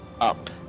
up